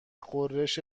غرش